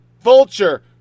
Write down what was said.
Vulture